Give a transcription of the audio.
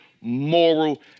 moral